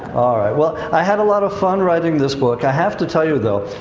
alright. well, i had a lot of fun writing this book. i have to tell you, though,